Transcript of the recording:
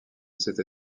cette